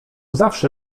zawsze